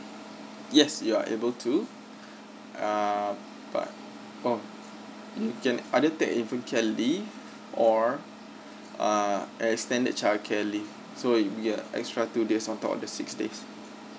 yes you are able to uh but oh you can either take infant care leave or err extended childcare leave so it'll be uh extra two days on top of the six days mm